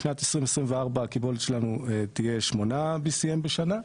בשנת 2024 הקיבולת שלנו תהיה BCM8 בשנה.